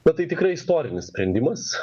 bet tai tikrai istorinis sprendimas